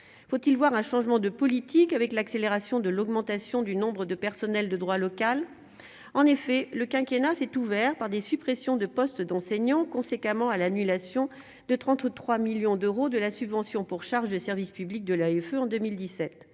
faut-il voir un changement de politique avec l'accélération de l'augmentation du nombre de personnels de droit local en effet le quinquennat s'est ouvert par des suppressions de postes d'enseignants conséquemment à l'annulation de 33 millions d'euros de la subvention pour charges de service public de Life en 2017